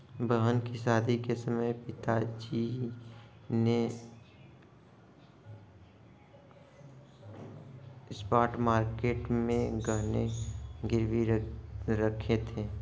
बहन की शादी के समय पिताजी ने स्पॉट मार्केट में गहने गिरवी रखे थे